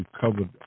covered